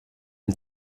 ein